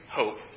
hope